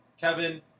Kevin